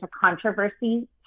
controversy